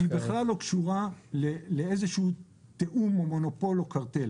-- היא בכלל לא קשורה לאיזשהו תיאום או מונופול או קרטל.